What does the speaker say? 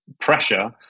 pressure